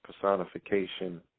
Personification